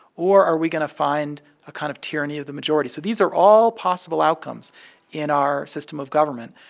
or are we going to find a kind of tyranny of the majority? so these are all possible outcomes in our system of government.